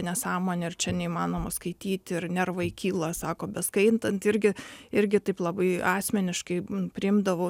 nesąmonė ir čia neįmanoma skaityti ir nervai kyla sako beskaitant irgi irgi taip labai asmeniškai priimdavo